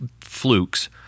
flukes